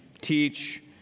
teach